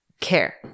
care